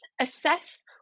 assess